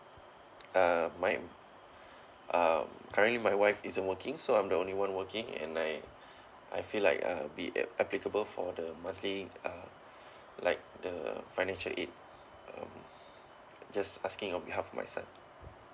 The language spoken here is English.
uh my uh currently my wife isn't working so I'm the only one working and I I feel like a bit applicable for the monthly uh like the financial aid um just asking on behalf of my son